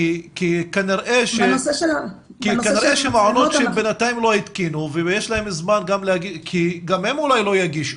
כי כנראה מעונות שעדיין לא התקינו גם הם אולי לא יגישו,